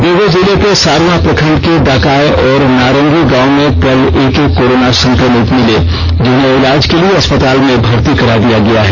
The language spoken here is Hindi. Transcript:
देवघर जिले के सारवा प्रखंड के डाकाय और नारंगी गांव में कल एक एक कोरोना संक्रमित मिले जिन्हें इलाज के लिए अस्पताल में भर्ती करा दिया गया है